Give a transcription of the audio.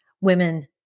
women